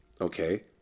okay